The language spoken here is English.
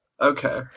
Okay